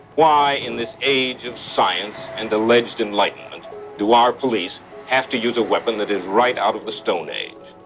why in this age of science and alleged enlightenment do our police have to use a weapon that is right out of the stone age?